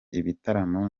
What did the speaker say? ibitaramo